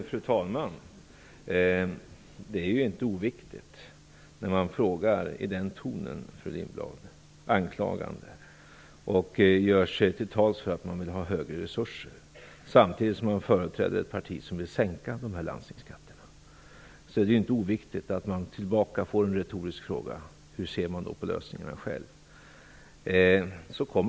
Fru talman! Fru Lindblad frågar med en anklagande ton och gör sig till tals för att hon vill ha ökade resurser samtidigt som hon företräder ett parti som vill sänka dessa landstingsskatter. Då är det inte oviktigt med en retorisk fråga: Hur ser hon själv på lösningarna? Svaret kom.